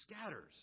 scatters